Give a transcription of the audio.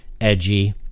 edgy